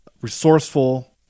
resourceful